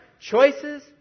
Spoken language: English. choices